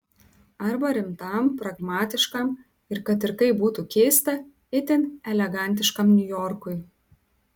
arba rimtam pragmatiškam ir kad ir kaip būtų keista itin elegantiškam niujorkui